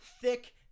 Thick